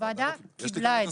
הוועדה קיבלה את זה.